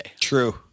True